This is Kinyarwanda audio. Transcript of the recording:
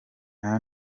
nta